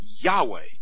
Yahweh